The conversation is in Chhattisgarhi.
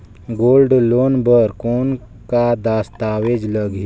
गोल्ड लोन बर कौन का दस्तावेज लगही?